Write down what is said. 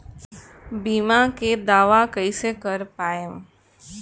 बीमा के दावा कईसे कर पाएम?